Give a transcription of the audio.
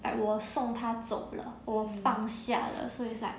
like 我送他走了我放下了 so it's like